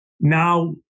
now